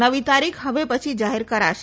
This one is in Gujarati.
નવી તારીખ હવે પછી જાહેર કરાશે